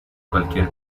cualquier